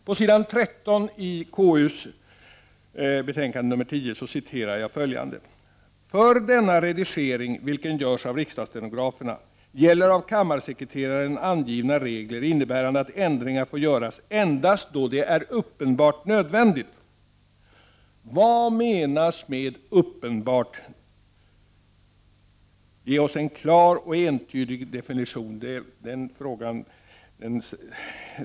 På s. 13 i konstitutionsutskottets betänkande nr 10 står följande: ”För denna redigering, vilken görs av riksdagsstenograferna, gäller av kammarsekreteraren angivna regler innebärande att ändringar får göras endast då det är uppenbart nödvändigt —-.” Vad menas med ”uppenbart”? Ge oss en klar och entydig definition!